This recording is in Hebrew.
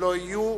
שלא יהיו